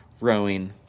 rowing